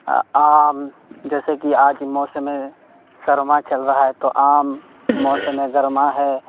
آم جیسے کہ آج موسم سرما چل رہا ہے تو آم موسم گرما ہے